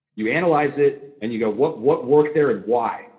you analyze it and you go, what what worked there and why?